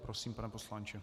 Prosím, pane poslanče.